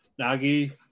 Nagi